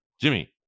Jimmy